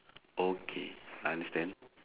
okay I understand